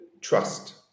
trust